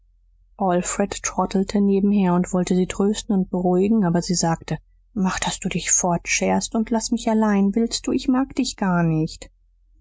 alfred trottete nebenher und wollte sie trösten und beruhigen aber sie sagte mach daß du dich fortscherst und laß mich allein willst du ich mag dich gar nicht